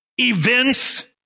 events